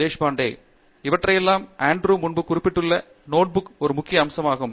தேஷ்பாண்டே இவற்றையெல்லாம் ஆண்ட்ரூ முன்பு குறிப்பிட்டுள்ள நோட் புக் ஒரு முக்கிய அம்சமாகும்